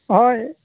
ᱦᱚᱭ